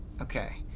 Okay